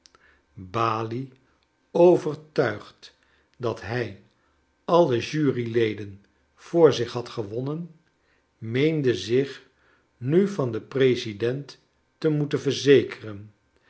balie overtuigd dat hij alle juryleden voor zich had gewonnen meende zich nu van den president te moeten verzekeren